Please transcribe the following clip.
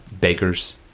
bakers